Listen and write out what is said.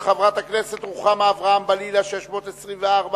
חברת הכנסת יוליה שמאלוב-ברקוביץ שאלה את שר הבריאות ביום י"ג בטבת